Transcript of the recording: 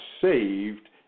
saved